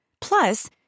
Plus